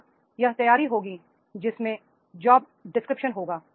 यहाँ यह तैयारी होगी जिसमें जॉबडिस्क्रिप्शन होगा